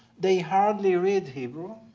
they hardly read hebrew.